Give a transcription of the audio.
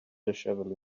dishevelled